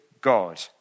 God